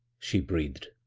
she breathed.